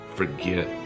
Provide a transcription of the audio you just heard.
forget